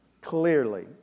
clearly